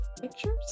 Pictures